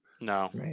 No